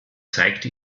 zeigte